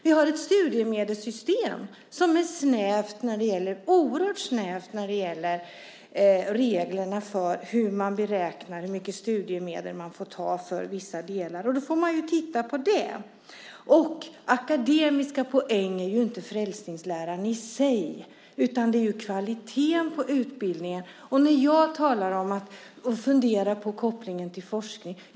Vi har ett studiemedelssystem som är oerhört snävt när det gäller reglerna för hur man beräknar hur mycket studiemedel man får ta för vissa delar. Det får man titta på. Det är inte akademiska poäng i sig som är frälsningsläran, utan kvaliteten på utbildningen. Jag talar om och funderar på kopplingen till forskning.